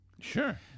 Sure